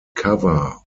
cover